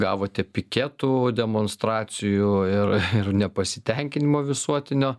gavote piketų demonstracijų ir ir nepasitenkinimo visuotinio